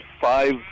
five